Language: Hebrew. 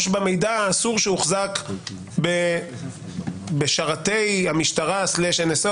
במידע האסור שהוחזק בשרתי המשטרה/NSO